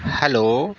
hello